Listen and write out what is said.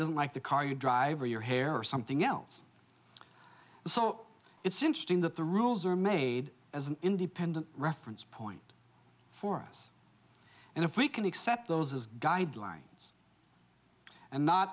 doesn't like the car you drive or your hair or something else so it's interesting that the rules are made as an independent reference point for us and if we can accept those as guidelines and not